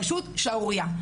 פשוט שערורייה.